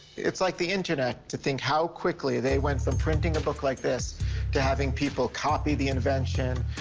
it's like the internet, to think how quickly they went from printing a book like this to having people copy the invention,